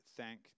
thank